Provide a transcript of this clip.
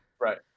right